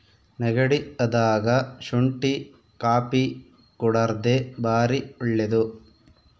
ನೆಗಡಿ ಅದಾಗ ಶುಂಟಿ ಕಾಪಿ ಕುಡರ್ದೆ ಬಾರಿ ಒಳ್ಳೆದು